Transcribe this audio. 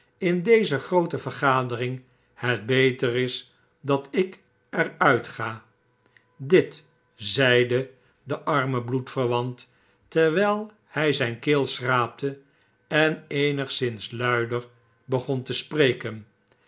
in deze groote vergadering het beter isdatik er uitga dit zeide de arme bloedverwant terwijl hg zyn keel schraapte en eenigszins luider begon te spreken